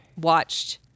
watched